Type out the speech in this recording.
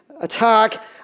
attack